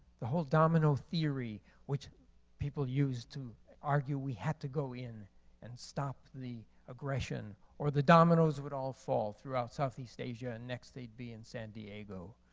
the whole domino theory which people used to argue we had to go in and stop the aggression, or the dominos would all fall throughout east asia, and next they'd be in san diego.